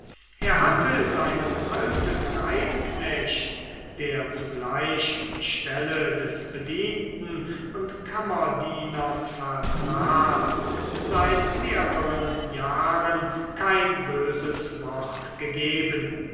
er hatte seinem alten reitknecht der zugleich die stelle des bedienten und kammerdieners vertrat seit mehreren jahren kein böses wort gegeben